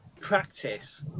practice